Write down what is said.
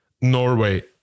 Norway